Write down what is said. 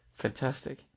fantastic